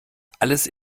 alles